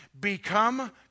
become